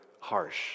harsh